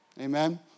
Amen